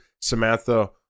Samantha